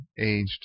aged